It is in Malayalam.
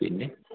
പിന്നെ